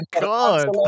God